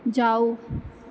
जाउ